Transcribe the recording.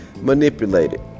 manipulated